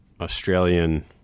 Australian